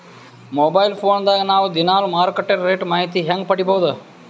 Mobile phone ದಾಗ ನಾವು ದಿನಾಲು ಮಾರುಕಟ್ಟೆ ರೇಟ್ ಮಾಹಿತಿ ಹೆಂಗ ಪಡಿಬಹುದು?